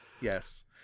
Yes